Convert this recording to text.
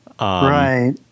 Right